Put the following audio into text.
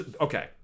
Okay